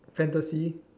fantasy